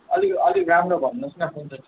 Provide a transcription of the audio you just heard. अलिक अलिक राम्रो भन्नुहोस् न कुन चाहिँ